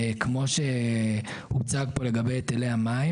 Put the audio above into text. וכמו שהוצג פה לגבי היטלי המים,